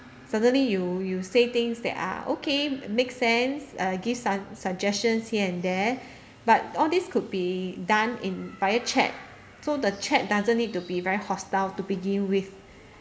suddenly you you say things that are okay make sense uh give some suggestions here and there but all this could be done in via chat so the chat doesn't need to be very hostile to begin with